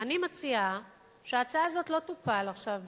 אני מציעה שההצעה הזאת לא תופל עכשיו בהצבעה,